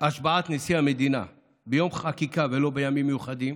השבעת נשיא המדינה ביום של חקיקה ולא בימים מיוחדים